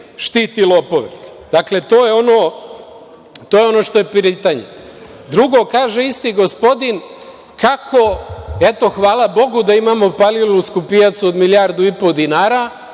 štiti lopove? Dakle, to je ono što je pitanje. Drugo, kaže isti gospodin, kako eto, hvala Bogu da imamo Palilulsku pijacu od milijardu i po dinara,